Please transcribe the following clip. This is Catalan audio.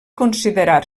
considerar